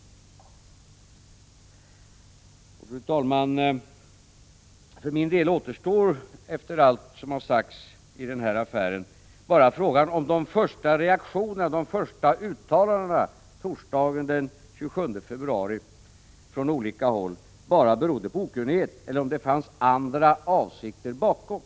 Fru talman! För mig återstår efter allt som har sagts i den här affären bara frågan, om de första uttalandena torsdagen den 27 februari från olika håll bara berodde på okunnighet eller om det fanns andra avsikter bakom.